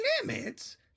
Limits